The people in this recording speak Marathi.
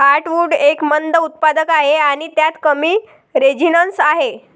हार्टवुड एक मंद उत्पादक आहे आणि त्यात कमी रेझिनस आहे